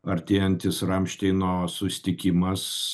artėjantis ramšteino susitikimas